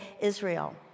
Israel